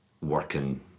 working